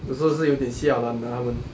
有时候是有一点 siao lang 的他们